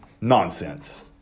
Nonsense